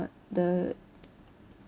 the